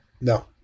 No